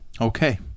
Okay